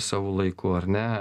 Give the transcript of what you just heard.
savu laiku ar ne